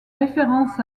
référence